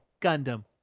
Gundam